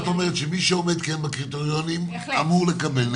אבל את אומרת שמי שכן עומד בקריטריונים אמור לקבל.